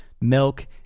milk